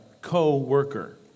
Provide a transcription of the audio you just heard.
co-worker